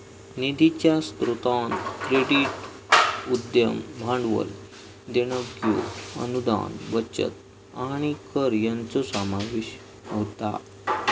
निधीच्या स्रोतांत क्रेडिट, उद्यम भांडवल, देणग्यो, अनुदान, बचत आणि कर यांचो समावेश होता